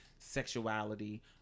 Sexuality